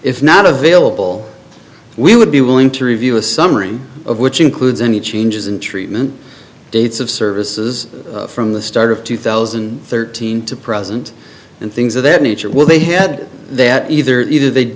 if not available we would be willing to review a summary of which includes any changes in treatment dates of services from the start of two thousand and thirteen to present and things of that nature will they had that either either they